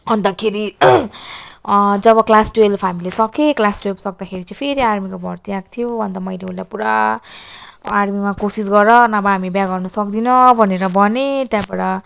अन्तखेरि जब class twelve हामीले सक्यौँ क्लास ट्वेल्भ सक्दाखेरि चाहिँ फेरि आर्मीको भर्ती आएको थियो अन्त मैले उसलाई पुरा आर्मीमा कोसिस गर नभए हामी बिहा गर्न सक्दिनौँ भनेर भनेँ त्यहाँबाट